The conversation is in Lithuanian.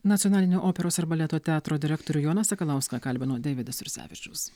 nacionalinio operos ir baleto teatro direktorių joną sakalauską kalbino deividas jursevičius